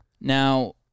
Now